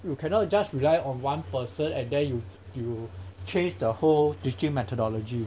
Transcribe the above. you cannot just rely on one person and then you you change the whole teaching methodology